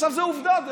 עכשיו, זו עובדה.